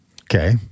Okay